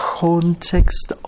context